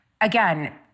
again